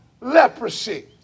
leprosy